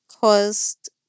caused